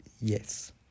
Yes